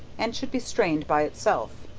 and should be strained by itself.